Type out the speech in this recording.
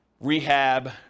rehab